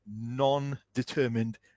non-determined